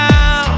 now